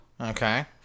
okay